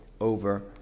over